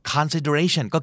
Consideration